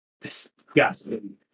disgusting